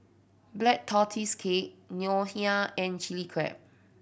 Black Tortoise Cake Ngoh Hiang and Chili Crab